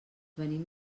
venim